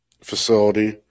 facility